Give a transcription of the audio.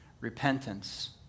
repentance